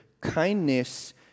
Kindness